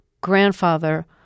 grandfather